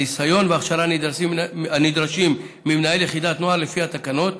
הניסיון וההכשרה הנדרשים ממנהל יחידת נוער לפי התקנות,